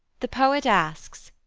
the poet asks,